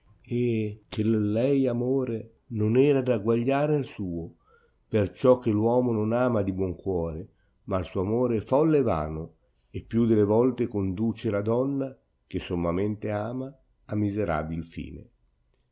e che lei amore non era d'agguagliare al suo perciò che l'uomo non ama di buon cuore ma il suo amore è folle e vano e più delle volte conduce la donna che sommamente ama a miserabil fine